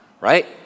right